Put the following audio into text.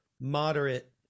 moderate